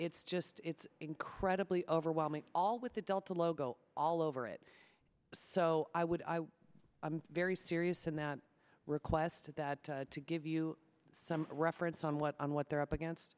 it's just it's incredibly overwhelming all with the delta logo all over it so i would i'm very serious in that request at that to give you some reference on what on what they're up against